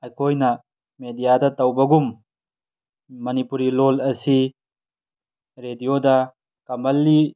ꯑꯩꯈꯣꯏꯅ ꯃꯦꯗꯤꯌꯥꯗ ꯇꯧꯕꯒꯨꯝ ꯃꯅꯤꯄꯨꯔꯤ ꯂꯣꯜ ꯑꯁꯤ ꯔꯦꯗꯤꯌꯣꯗ ꯀꯝꯃꯜꯂꯤ